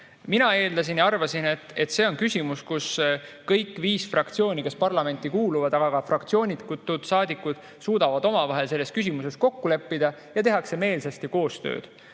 Mina eeldasin ja arvasin, et see on küsimus, milles kõik viis fraktsiooni, kes parlamenti kuuluvad, ja ka fraktsioonitud saadikud suudavad omavahel kokku leppida ja tehakse meelsasti koostööd.